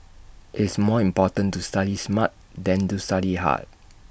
IT is more important to study smart than to study hard